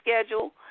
schedule